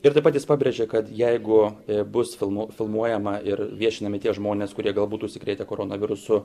ir taip pat jis pabrėžė kad jeigu bus filmuo filmuojama ir viešinami tie žmonės kurie galbūt užsikrėtę koronavirusu